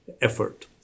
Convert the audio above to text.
effort